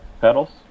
pedals